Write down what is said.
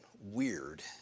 weird